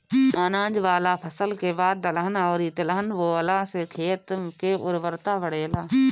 अनाज वाला फसल के बाद दलहन अउरी तिलहन बोअला से खेत के उर्वरता बढ़ेला